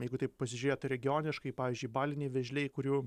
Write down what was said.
jeigu taip pasižiūrėt regioniškai pavyzdžiui baliniai vėžliai kurių